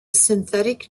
synthetic